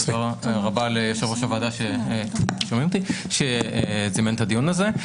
רבה ליושב ראש הוועדה שזימן את הדיון הזה.